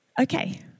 okay